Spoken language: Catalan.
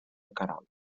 queralt